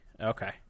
okay